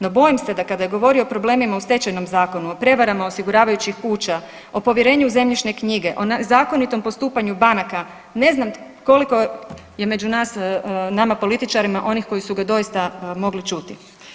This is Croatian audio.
No bojim se da kada je govorio o problemima u Stečajnom zakonu, o prevarama osiguravajućih kuća, o povjerenju u zemljišne knjige, o nezakonitom postupanju banaka, ne znam koliko je između nas nama političarima onih koji su ga doista mogli čuti.